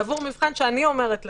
בעבור מבחן שאני אומרת לך: